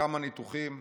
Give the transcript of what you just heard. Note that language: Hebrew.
כמה ניתוחים,